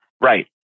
Right